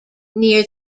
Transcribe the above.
near